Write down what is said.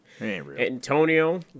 Antonio